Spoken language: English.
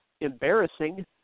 embarrassing